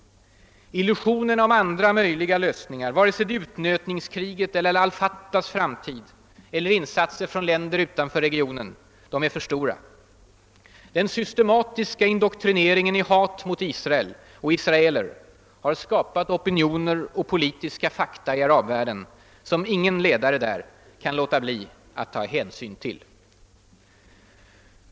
Illusionerna om andra möjliga lösningar — vare sig det är utnötningskriget eller al Fatahs framtid eller insatser från länder utanför regionen — är för stora. Den systematiska indoktrineringen i hat mot Israel och israeler har skapat opinioner och politiska fakta i arabvärlden som ingen ledare där kan låta bli att ta hänsyn till.